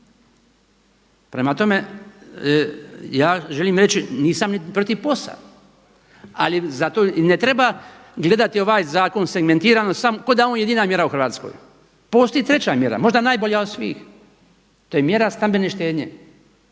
Prema tome, ja želim reći nisam niti protiv POS-a, ali za to ne treba gledati ovaj zakon segmentirano kao da je on jedina mjera u Hrvatskoj. Postoji treća mjera, možda najbolja od svih, to je mjera stambene štednje.